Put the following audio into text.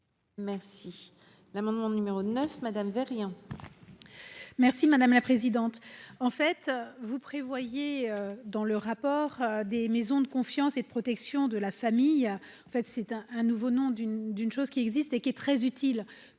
Merci l'amendement numéro neuf Madame rien. Merci madame la présidente, en fait, vous prévoyez dans le rapport des maisons de confiance et de protection de la famille en fait c'est un un nouveau nom d'une d'une chose qui existe et qui est très utile